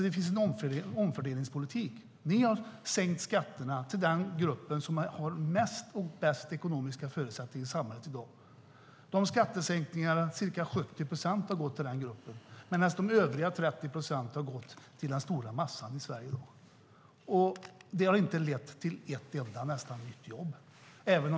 Det finns en omfördelningspolitik. Ni har sänkt skatterna till den grupp som har mest och bäst ekonomiska förutsättningar i samhället i dag. Ca 70 procent av skattesänkningarna har gått till den gruppen. Övriga 30 procent har gått till den stora massan i Sverige. Det har nästan inte lett till ett enda nytt jobb.